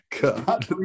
God